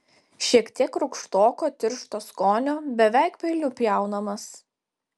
šiek tiek rūgštoko tiršto skonio beveik peiliu pjaunamas